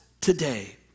today